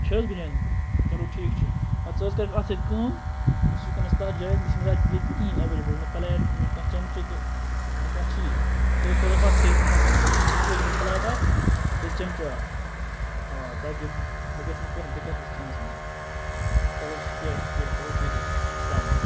چھِ حٕظ بِریانی چلو ٹھیٖک چھُ تُہی حٕظ کرِو اتھ سۭتۍ کٲم بہٕ چھُس وٕنکیٚنَس جایہِ حٕظ مےٚ چھُنہٕ ییٚتہِ کِہیٖنۍ ایویلیبل نہَ پلیٹ نہ چھُ کانٛہہ چَمچہٕ تہٕ نہَ کانٛہہ چیٖز ژٕ حٕظ سوزَکھ اتھ سۭتۍ اکھ ڈِسپوزیبٕل پلیٹ اکھ بیٚیہِ چَمچہٕ اکھ آ تاکہِ مےٚ گَژھِ نہٕ کانٛہہ دِکَت حٕظ کھیٚنَس مَنٛز چلو شُکریہ شُکریہ چلو ٹھیٖک حٕظ چھُ چلو سلام علیکُم